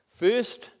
First